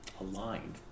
aligned